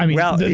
and well,